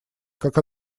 как